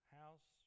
house